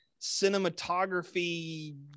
cinematography